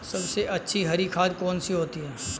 सबसे अच्छी हरी खाद कौन सी होती है?